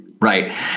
Right